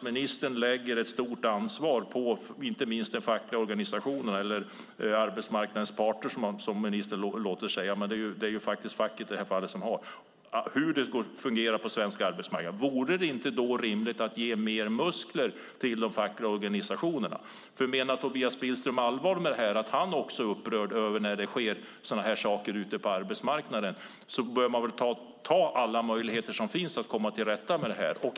ministern lägger ett stort ansvar för hur det fungerar på svensk arbetsmarknad på inte minst de fackliga organisationerna - eller arbetsmarknadens parter, som ministern säger, fast det faktiskt gäller facket - vore det då inte rimligt att ge mer muskler till de fackliga organisationerna? Om Tobias Billström menar allvar med att även han är upprörd över att det sker sådana här saker på arbetsmarknaden bör man väl ta alla möjligheter som finns för att komma till rätta med detta.